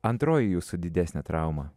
antroji jūsų didesnė trauma